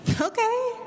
Okay